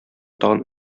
тагын